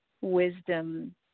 wisdom